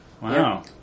Wow